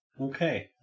Okay